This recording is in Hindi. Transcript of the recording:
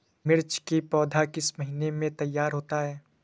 मिर्च की पौधा किस महीने में तैयार होता है?